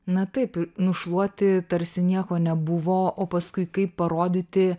na taip nušluoti tarsi nieko nebuvo o paskui kaip parodyti